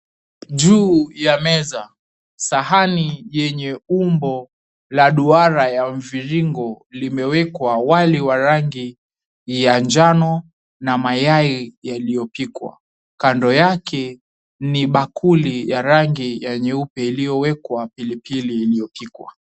Juu ya meza sahani yenye umbo la duara ya mviringo, limeekwa wali wa rangi ya njano na mayai yaliopikwa, kando yake ni bakuli ya rangi nyeupe iliyowekwa pilipili iliyopikwa.